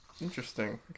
interesting